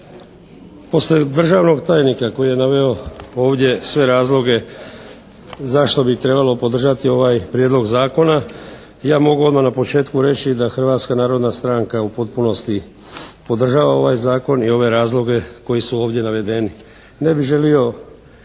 ovdje sve razloge zašto bi trebalo podržati ovaj prijedlog zakona, ja mogu odmah na početku reći da Hrvatska narodna stranka u potpunosti podržava ovaj zakon i ove razloge koji su ovdje navedeni.